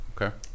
okay